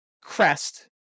crest